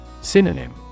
Synonym